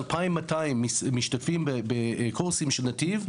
2,200 משתתפים בקורסים של "נתיב",